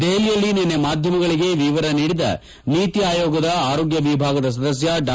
ದೆಹಲಿಯಲ್ಲಿ ನಿನ್ನೆ ಮಾಧ್ಯಮಗಳಿಗೆ ವಿವರ ನೀಡಿದ ನೀತಿ ಆಯೋಗದ ಆರೋಗ್ಯ ವಿಭಾಗದ ಸದಸ್ಯ ಡಾ